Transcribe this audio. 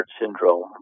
syndrome